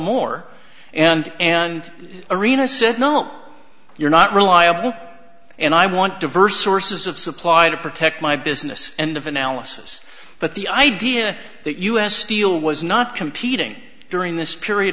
more and and arenas said no you're not reliable and i want diverse sources of supply to protect my business and of analysis but the idea that u s steel was not competing during this period